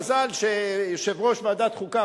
מזל שיושב-ראש ועדת החוקה,